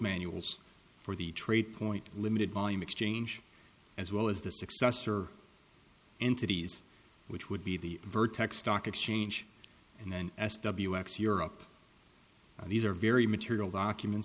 manuals for the trade point limited volume exchange as well as the successor entities which would be the vertex stock exchange and then s w s europe these are very material documents